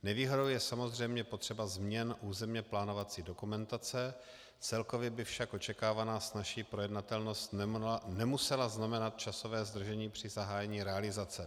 Nevýhodou je samozřejmě potřeba změn územně plánovací dokumentace, celkově by však očekávaná snazší projednatelnost nemusela znamenat časové zdržení při zahájení realizace.